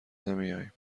نمیایم